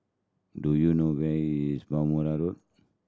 do you know where is Bhamo Road